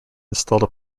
installed